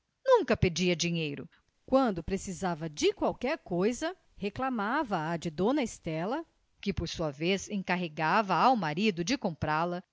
pai nunca pedia dinheiro quando precisava de qualquer coisa reclamava a de dona estela que por sua vez encarregava o marido de comprá-la